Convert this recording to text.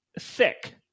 thick